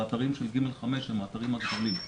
באתרים של ג'5 שהם האתרים הגדולים.